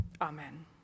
Amen